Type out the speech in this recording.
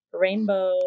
Rainbow